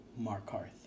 Markarth